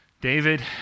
David